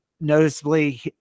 noticeably